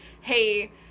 hey